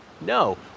no